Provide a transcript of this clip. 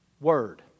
word